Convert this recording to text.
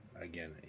Again